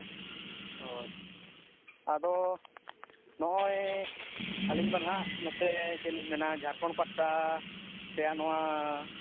ᱦᱳᱭ ᱟᱫᱚ ᱱᱚᱜᱼᱚᱭ ᱟᱹᱞᱤᱧᱢᱟ ᱱᱟᱦᱟᱜ ᱱᱚᱛᱮ ᱪᱮᱫ ᱞᱤᱧ ᱢᱮᱱᱟ ᱡᱷᱟᱲᱠᱷᱚᱸᱰ ᱯᱟᱥᱴᱟ ᱨᱮᱭᱟᱜ ᱱᱚᱣᱟ